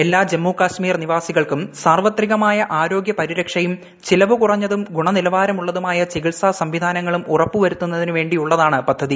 എല്ലാ ജമ്മുകശ്മീർ നിവാസികൾക്കും സാർപ്പത്രികമായ ആരോഗ്യ പരിരക്ഷയും ചെലവുകുറഞ്ഞതും ഗുണ്നിലവാരമുള്ളതുമായ ചികിത്സാ സംവിധാനങ്ങളും ഉറപ്പുവരുത്തുന്നതിനു വേണ്ടിയുള്ളതാണ് പദ്ധതി